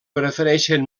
prefereixen